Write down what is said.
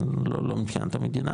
לא מבחינת המדינה,